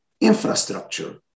infrastructure